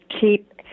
keep